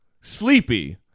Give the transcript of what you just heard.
sleepy